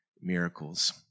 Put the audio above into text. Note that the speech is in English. miracles